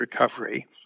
recovery